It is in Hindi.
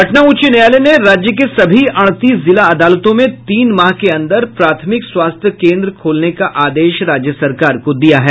पटना उच्च न्यायालय ने राज्य के सभी अड़तीस जिला अदालतों में तीन माह के अंदर प्राथमिक स्वास्थ्य केंद्र खोलने का आदेश राज्य सरकार को दिया है